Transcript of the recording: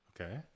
okay